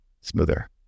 smoother